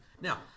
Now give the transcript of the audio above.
Now